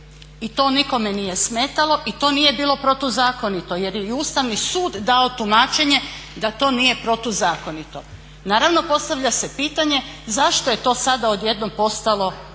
i to nikome nije smetalo i to nije bilo protuzakonito, jer je i Ustavni sud dao tumačenje da to nije protuzakonito. Naravno, postavlja se pitanje zašto je to sada odjednom postalo